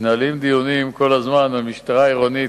מתנהלים דיונים כל הזמן על משטרה עירונית,